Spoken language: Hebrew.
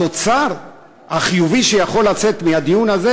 התוצר החיובי שיכול לצאת מהדיון הזה,